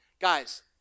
Guys